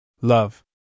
Love